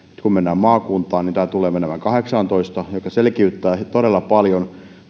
kun mennään maakuntiin niin tämä tulee menemään kahdeksaantoista mikä selkiyttää todella paljon